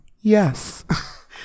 yes